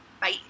Bye